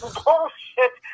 bullshit